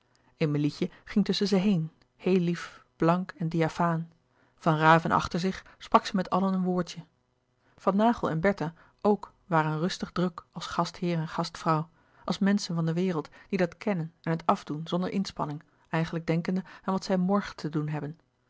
emilietje ging tusschen ze heen heel lief blank en diafaan van raven achter zich sprak zij met allen een woordje van naghel en bertha ook waren rustig druk als gastheer en gastvrouw als menschen van de wereld die dat kennen en het afdoen zonder inspanning eigenlijk denkende aan wat zij morgen te doen hebben